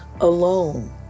alone